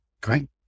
Great